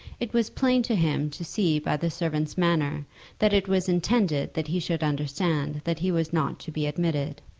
it was plain to him to see by the servant's manner that it was intended that he should understand that he was not to be admitted.